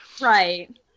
Right